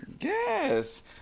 yes